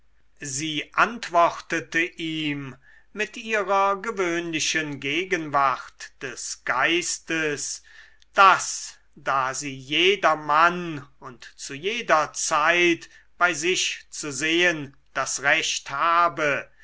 sie antwortete ihm mit ihrer gewöhnlichen gegenwart des geistes daß da sie jedermann und zu jeder zeit bei sich zu sehen das recht habe